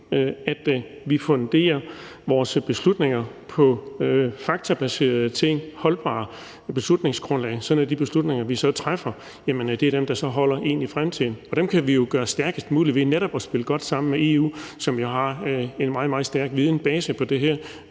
at vi funderer vores beslutninger på faktabaserede ting og på et holdbart beslutningsgrundlag, sådan at de beslutninger, vi så træffer, er dem, der holder ind i fremtiden. Dem kan vi jo gøre stærkest mulige ved netop at spille godt sammen med EU, som har en meget, meget stærk viden bag sig på det her